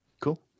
Cool